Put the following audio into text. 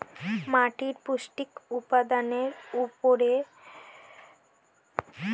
মাটির পৌষ্টিক উপাদানের উপরেই বলা যায় চাষবাসের অর্ধেকটা নির্ভর করছে